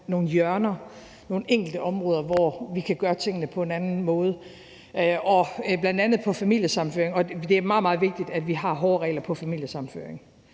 nogle hjørner, nogle enkelte områder, hvor vi kan gøre tingene på en anden måde, bl.a. på familiesammenføringsområdet, og det er meget, meget vigtigt, at vi har hårde regler på familiesammenføringsområdet.